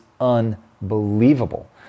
unbelievable